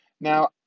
Now